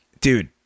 dude